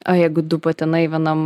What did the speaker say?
o jeigu du patinai vienam